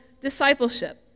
discipleship